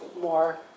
more